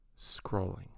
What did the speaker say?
scrolling